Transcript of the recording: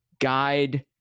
guide